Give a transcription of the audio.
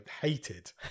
hated